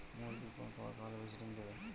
মুরগির কোন খাবার খাওয়ালে বেশি ডিম দেবে?